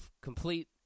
complete